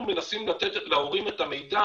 אנחנו מנסים לתת להורים את המידע